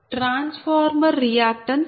transformer reactance 0